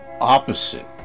opposite